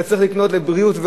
אתה צריך לקנות לבריאות,